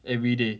everyday